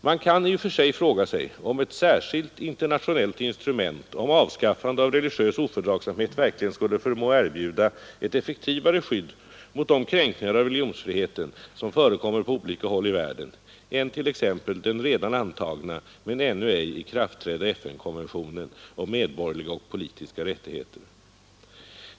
Man kan i och för sig fråga om ett särskilt internationellt instrument om avskaffande av religiös ofördragsamhet verkligen skulle förmå erbjuda ett effektivare skydd mot de kränkningar av religionsfriheten som förekommer på olika håll i världen än t.ex. den redan antagna men ännu ej ikraftträdda FN-konventionen om medborgerliga och politiska rättigheter.